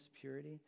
purity